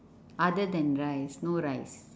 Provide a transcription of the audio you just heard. other than rice no rice